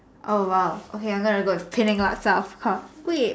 oh !wow! okay I have to go with Penang Laksa of course wait